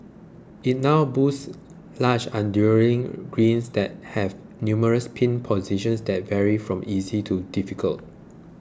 it now boasts large greens that have numerous pin positions that vary from easy to difficult